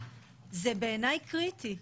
בעיני זה קריטי.